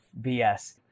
BS